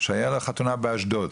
שהיתה לו חתונה באשדוד,